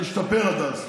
שתשתפר עד אז.